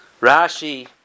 Rashi